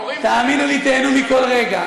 תאמינו לי, תיהנו מכל רגע.